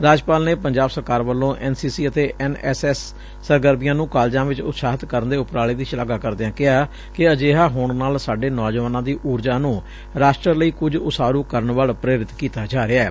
ਰਾਜ ਨੇ ਪੰਜਾਬ ਸਰਕਾਰ ਵੱਲੋ ਐਨ ਸੀ ਸੀ ਅਤੇ ਐਨ ਐਸ ਐਸ ਸਰਗਰਮੀਆਂ ਨੂੰ ਕਾਲਜਾਂ ਵਿਚ ਉਤਸ਼ਾਹਤ ਕਰਨ ਦੇ ਉਪਰਾਲੇ ਦੀ ਸ਼ਲਾਘਾ ਕਰਦਿਆਂ ਕਿਹਾ ਕਿ ਅਜਿਹਾ ਹੋਣ ਨਾਲ ਸਾਡੇ ਨੌਜੁਆਨਾਂ ਦੀ ਉਰਜਾ ਨੁੰ ਰਾਸ਼ਟਰ ਲਈ ਕੁਝ ਉਸਾਰੁ ਕਰਨ ਵੱਲ ਪ੍ਰੇਰਿਤ ਕੀਤਾ ਜਾ ਰਿਹੈ